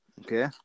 Okay